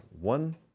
one